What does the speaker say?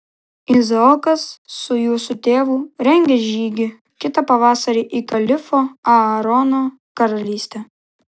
izaokas su jūsų tėvu rengia žygį kitą pavasarį į kalifo aarono karalystę